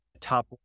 top